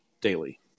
daily